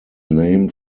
name